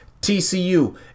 TCU